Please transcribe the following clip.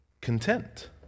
content